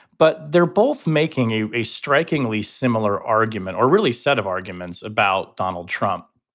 but they're both making a a strikingly similar argument or really set of arguments about donald trump.